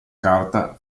carta